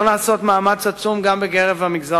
בגלל זה